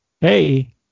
Hey